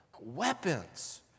weapons